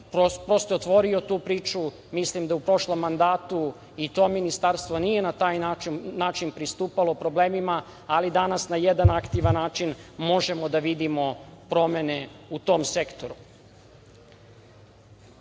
prosto je otvorio tu priču. Mislim da u prošlom mandatu to ministarstvo nije na taj način pristupalo problemima, ali danas na jedan aktivan način možemo da vidimo promene u tom sektoru.Za